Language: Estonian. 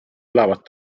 elavad